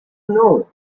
know